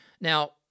Now